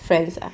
friends ah